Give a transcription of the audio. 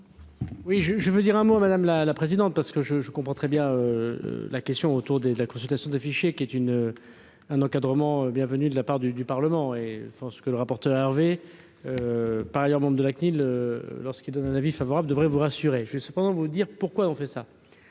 je, je veux dire un mot, madame la présidente, parce que je, je comprends très bien la question autour de la consultation des fichiers qui est une un encadrement bienvenue de la part du du parlement et sans ce que le rapporteur Hervé par ailleurs membre de la CNIL lorsqu'il donne un avis favorable devrait vous rassurer, je sais pas, cependant vous dire pourquoi on fait ça,